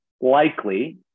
likely